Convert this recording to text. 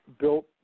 built